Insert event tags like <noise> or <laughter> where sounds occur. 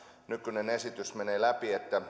nykyinen esitys menee läpi että <unintelligible>